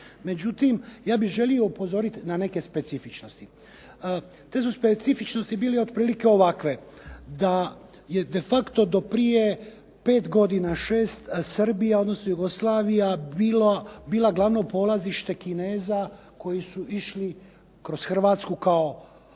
Međutim, ja bih želio upozoriti na neke specifičnosti. Te su specifičnosti bile ovakve, da je de facto do prije pet godina, šest Srbija, odnosno Jugoslavija bila glavno polazište Kineza koji su išli kroz Hrvatsku kao